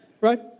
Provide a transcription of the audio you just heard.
right